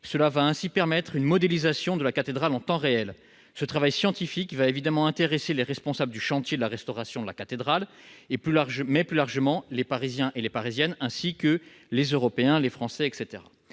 Cela va ainsi permettre une modélisation de la cathédrale en temps réel. Ce travail scientifique va évidemment intéresser les responsables du chantier de restauration, et, plus largement, les Parisiennes et les Parisiens, ainsi que tous les visiteurs français et